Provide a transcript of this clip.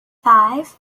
five